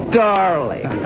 darling